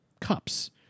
cups